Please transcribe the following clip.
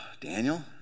Daniel